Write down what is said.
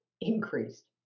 increased